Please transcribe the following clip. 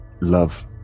love